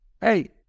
Hey